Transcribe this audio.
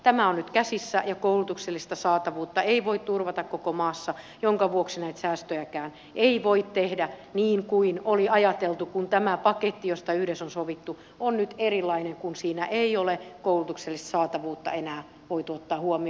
tämä on nyt käsissä ja koulutuksellista saatavuutta ei voi turvata koko maassa minkä vuoksi näitä säästöjäkään ei voi tehdä niin kuin oli ajateltu kun tämä paketti josta yhdessä on sovittu on nyt erilainen kun siinä ei ole koulutuksellista saatavuutta enää voitu ottaa huomioon